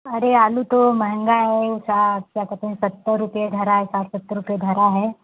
अरे आलू तो महंगा है साठ क्या कहते हैं सत्तर रुपये धरा है साठ सत्तर रुपए धरा है